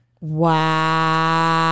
wow